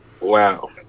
wow